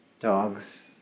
Dogs